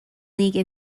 league